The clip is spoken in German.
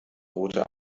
rote